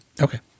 Okay